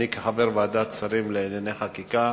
אני כחבר ועדת שרים לענייני חקיקה